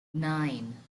nine